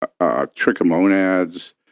trichomonads